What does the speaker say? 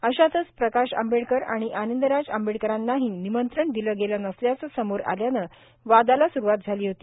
अशातच प्रकाश आंबेडकर आणि आनंदराज आंबेडकरांनाही निमंत्रण दिलं गेलं नसल्याचं समोर आल्याने वादाला सुरूवात झाली होती